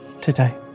today